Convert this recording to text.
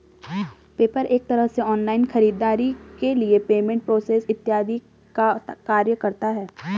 PayPal एक तरह से ऑनलाइन खरीदारी के लिए पेमेंट प्रोसेसर इत्यादि का कार्य करता है